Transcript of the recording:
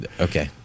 Okay